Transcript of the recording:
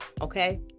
Okay